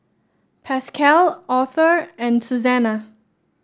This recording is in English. Pascal Authur and Suzanna